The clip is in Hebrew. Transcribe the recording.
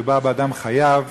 מדובר באדם חייב,